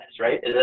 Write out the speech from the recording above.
right